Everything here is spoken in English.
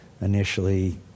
initially